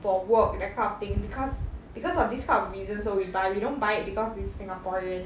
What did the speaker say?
for work that kind of thing because because of these kind of reasons so we buy we don't buy it because it's singaporean